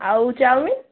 ଆଉ ଚାଉମିନ୍